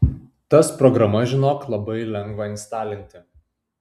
tas programas žinok labai lengva instalinti